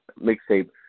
mixtape